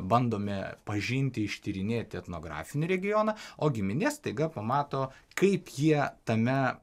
bandome pažinti ištyrinėti etnografinį regioną o giminė staiga pamato kaip jie tame